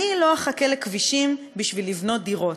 אני לא אחכה לכבישים בשביל לבנות דירות.